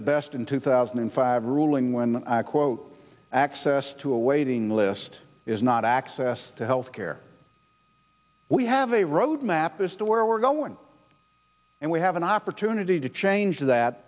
it best in two thousand and five ruling when i quote access to a waiting list is not access to health care we have a roadmap as to where we're going and we have an opportunity to change t